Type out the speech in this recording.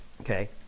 Okay